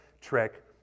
trick